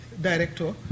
director